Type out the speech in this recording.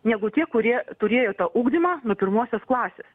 negu tie kurie turėjo tą ugdymą nuo pirmosios klasės